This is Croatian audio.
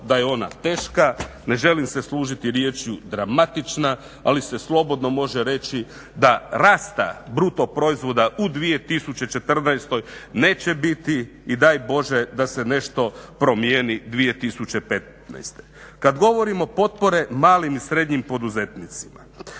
da je ona teška. Ne želim se služiti riječju dramatična, ali se slobodno može reći da rasta bruto proizvoda u 2014. neće biti i daj Bože da se nešto promijeni 2015. Kad govorimo potpore malim i srednjim poduzetnicima.